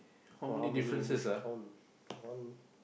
!wah how many in this count one